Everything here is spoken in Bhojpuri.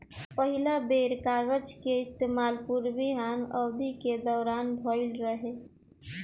पहिला बेर कागज के इस्तेमाल पूर्वी हान अवधि के दौरान भईल रहे